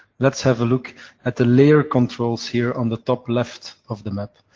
let's have a look at the layer controls here on the top-left of the map.